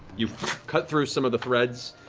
you cut through some of the threads,